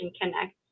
Connect